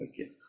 Okay